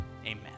amen